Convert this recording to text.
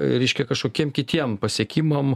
reiškia kažkokiem kitiem pasiekimam